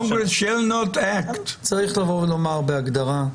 צריך לומר בהגדרה: